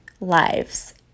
lives